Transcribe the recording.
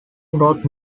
growth